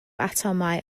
atomau